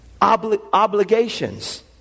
obligations